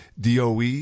DOE